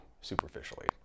superficially